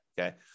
Okay